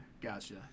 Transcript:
gotcha